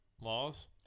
laws